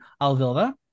Alvilda